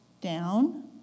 down